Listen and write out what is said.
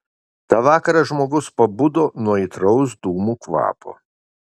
tą vakarą žmogus pabudo nuo aitraus dūmų kvapo